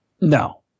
No